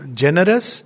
generous